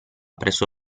presso